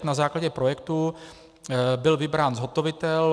Na základě projektu byl vybrán zhotovitel.